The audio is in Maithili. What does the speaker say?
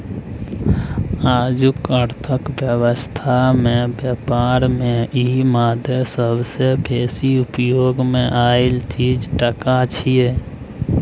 आजुक अर्थक व्यवस्था में ब्यापार में ई मादे सबसे बेसी उपयोग मे आएल चीज टका छिये